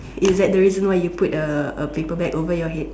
is that a reason why you put a a paper bag over your head